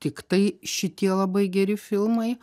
tiktai šitie labai geri filmai